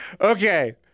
Okay